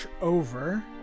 over